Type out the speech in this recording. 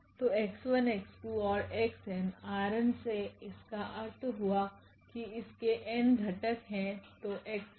तो𝑥1𝑥2ओर𝑥𝑛 ℝ𝑛से है इसका अर्थ हुआ की इसके n घटक हैतो𝑥1𝑥2𝑥𝑛